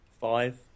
five